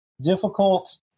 difficult